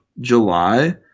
July